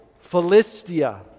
Philistia